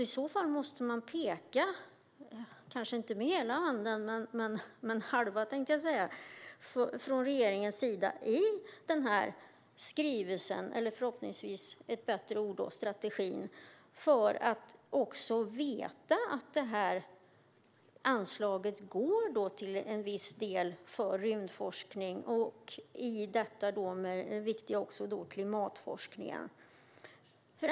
I så fall måste man från regeringens sida peka kanske inte med hela handen men halva i skrivelsen, eller förhoppningsvis med ett bättre ord strategin, för att veta att anslaget till en viss del går till rymdforskning och i det också den viktiga klimatforskningen.